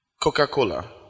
Coca-Cola